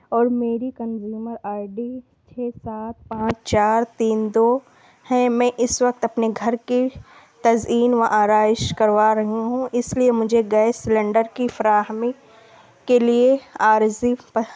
اور میری consumer I D چھ سات پانچ چار تین دو ہیں میں اس وقت اپنے گھر کی تزئین و آرائش کروا رہی ہوں اس لیے مجھے گیس سلنڈر کی فراہمی کے لیے عارضی